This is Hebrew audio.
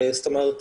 זאת אומרת,